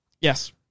Yes